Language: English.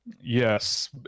Yes